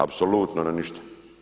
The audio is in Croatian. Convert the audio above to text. Apsolutno na ništa.